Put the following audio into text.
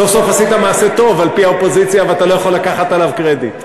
סוף-סוף עשית מעשה טוב על-פי האופוזיציה ואתה לא יכול לקחת עליו קרדיט.